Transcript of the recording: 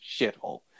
shithole